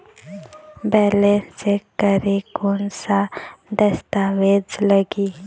Balance check करें कोन सा दस्तावेज लगी?